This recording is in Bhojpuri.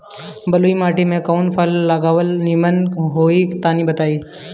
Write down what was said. बलुई माटी में कउन फल लगावल निमन होई तनि बताई?